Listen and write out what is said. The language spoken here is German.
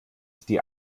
die